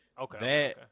Okay